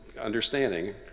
understanding